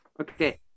Okay